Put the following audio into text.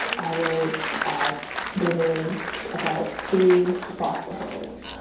i was i've been in about three foster homes,